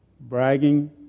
bragging